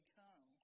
come